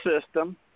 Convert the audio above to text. system